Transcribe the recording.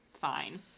fine